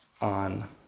on